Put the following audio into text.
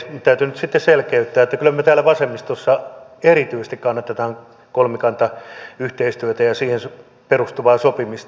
täytyy nyt sitten selkeyttää että kyllä me täällä vasemmistossa erityisesti kannatamme kolmikantayhteistyötä ja siihen perustuvaa sopimista